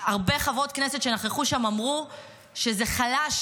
הרבה חברות כנסת שנכחו שם אמרו שזה חלש